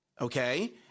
Okay